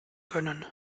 gönnen